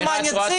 למה אני צינית